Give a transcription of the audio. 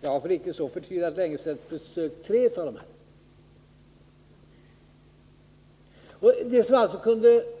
Jag har för inte så förtvivlat länge sedan besökt tre av dessa orter.